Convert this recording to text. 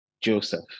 Joseph